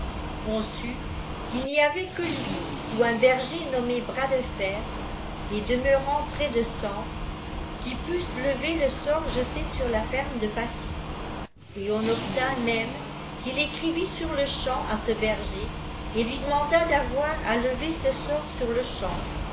on sut qu'il n'y avait que lui ou un berger nommé bras de fer et demeurant près de sens qui pussent lever le sort jeté sur la ferme de paçy et on obtint même qu'il écrivit sur-le-champ à ce berger et lui mandât d'avoir à lever ce sort sur-le-champ le